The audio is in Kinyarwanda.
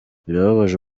birababaje